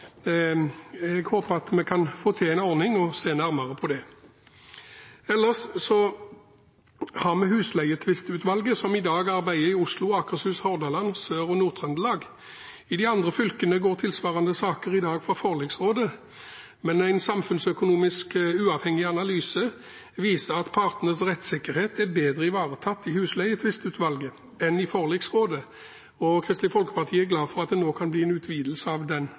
Jeg håper vi kan få til en ordning og se nærmere på det. Ellers har vi Husleietvistutvalget, som i dag arbeider i Oslo, i Akershus, i Hordaland og i Sør- og Nord-Trøndelag. I de andre fylkene går tilsvarende saker i dag for forliksrådet. Men en samfunnsøkonomisk uavhengig analyse viser at partenes rettssikkerhet er bedre ivaretatt i Husleietvistutvalget enn i forliksrådet, og Kristelig Folkeparti er glad for at det nå kan bli en utvidelse av den